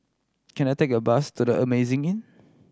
can I take a bus to The Amazing Inn